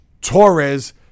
Torres